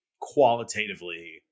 qualitatively